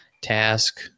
task